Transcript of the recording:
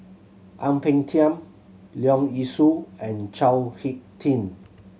Ang Peng Tiam Leong Yee Soo and Chao Hick Tin